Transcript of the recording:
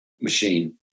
machine